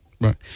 Right